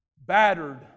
Battered